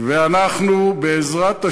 ואנחנו, בעזרת השם,